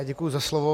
Děkuji za slovo.